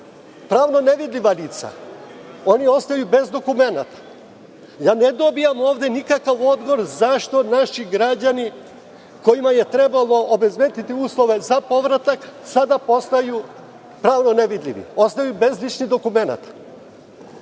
pravno nevidljiva lica. Oni ostaju bez dokumenata. Ne dobijam ovde nikakav odgovor na pitanje - zašto naši građani, kojima je trebalo obezbediti uslove za povratak, sada postaju pravno nevidljivi, ostaju bez ličnih dokumenata? Ovo